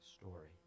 story